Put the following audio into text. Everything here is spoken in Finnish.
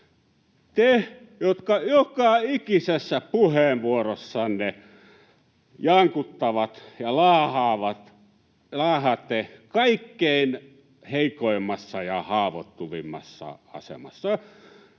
te, jotka joka ikisessä puheenvuorossanne jankutatte ja laahaatte kaikkein heikoimmassa ja haavoittuvimmassa asemassa